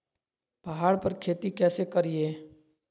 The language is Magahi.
पहाड़ पर खेती कैसे करीये?